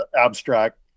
abstract